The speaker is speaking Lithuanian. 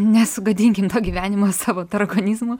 nesugadinkim to gyvenimo savo tarakonizmu